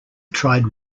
tried